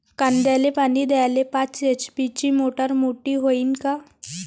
कांद्याले पानी द्याले पाच एच.पी ची मोटार मोटी व्हईन का?